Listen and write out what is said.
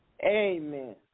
Amen